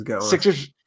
Sixers